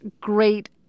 great